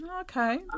Okay